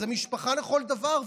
זאת משפחה לכל דבר,